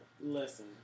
Listen